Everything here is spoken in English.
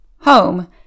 home